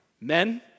Men